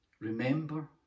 remember